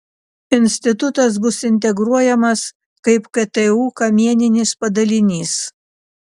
institutas bus integruojamas kaip ktu kamieninis padalinys